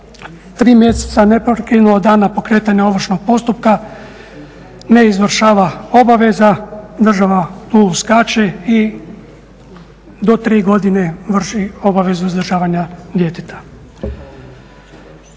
3 mjeseca neprekidno od dana pokretanja ovršnog postupka ne izvršava obaveza, država tu uskače i do 3 godine vrši obavezu uzdržavanja djeteta.